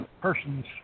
person's